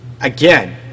again